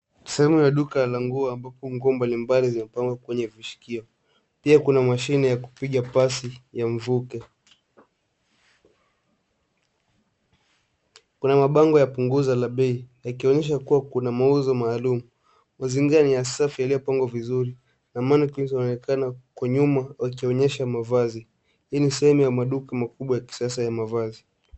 Sehemu ya duka la nguo ambapo nguo mbalimbali zimepangwa kwenye vishikio. Pia kuna mashine ya kupiga pasi ya mvuke. Kuna mabango ya punguzo la bei ikionyesha kuwa kuna mauzo maalum. Mazingira ni ya safi yaliyopangwa vizuri na mannequins wanaonekana kwa nyuma wakionyesha mavazi. Hii ni sehemu ya maduka ya kisasa ya mavazi.